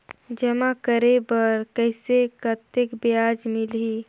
जमा करे बर कइसे कतेक ब्याज मिलही?